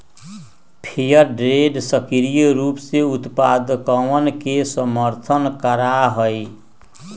fair trade सक्रिय रूप से उत्पादकवन के समर्थन करा हई